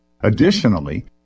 additionally